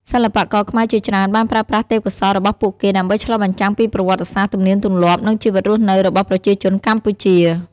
សិល្បករខ្មែរជាច្រើនបានប្រើប្រាស់ទេពកោសល្យរបស់ពួកគេដើម្បីឆ្លុះបញ្ចាំងពីប្រវត្តិសាស្ត្រ ទំនៀមទម្លាប់ និងជីវិតរស់នៅរបស់ប្រជាជនកម្ពុជា។